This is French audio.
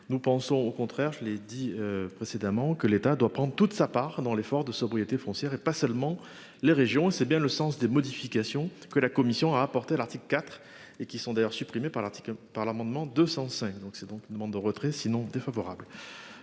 Nous pensons au contraire je l'ai dit précédemment, que l'État doit prendre toute sa part dans l'effort de sobriété foncière et pas seulement les régions et c'est bien le sens des modifications que la commission a apporté à l'article IV et qui sont d'ailleurs supprimés par l'article par l'amendement 205 donc c'est donc une demande de retrait sinon défavorable.